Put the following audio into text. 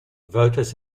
voters